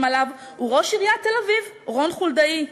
עליו הוא ראש עיריית תל-אביב רון חולדאי.